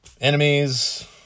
Enemies